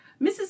Mrs